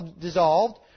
dissolved